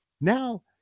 now